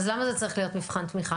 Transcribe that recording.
אז למה זה צריך להיות מבחן תמיכה?